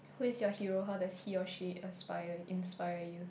who is your hero how does he or she aspire inspire you